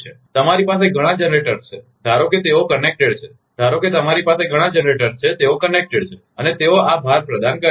અને તમારી પાસે ઘણા જનરેટરો છે ધારો કે તેઓ કનેક્ટેડ છે ધારો કે તમારી પાસે ઘણા જનરેટર છે તેઓ કનેક્ટેડ છે અને તેઓ આ ભાર પ્રદાન કરે છે